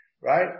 right